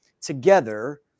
together